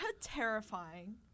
terrifying